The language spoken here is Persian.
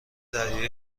دریایی